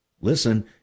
listen